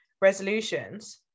Resolutions